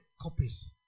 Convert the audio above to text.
copies